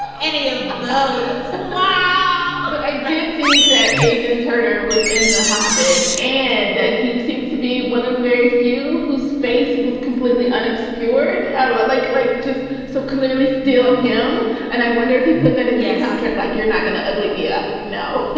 any of those wow but i did see that aidan turner was in the hobbit, and he seems to be one of very few whose faith was. completely unobscured, like like like just so clearly still him and i wonder if he put that in his contract, like you're not going to ugly me up. no,